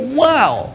wow